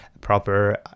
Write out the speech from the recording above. proper